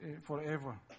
forever